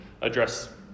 address